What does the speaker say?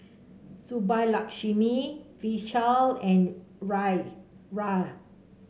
Subbulakshmi Vishal and Raj